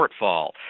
shortfall